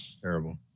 Terrible